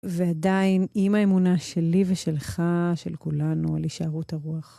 ועדיין עם האמונה שלי ושלך, של כולנו, על הישארות הרוח.